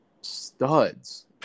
studs